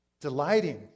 delighting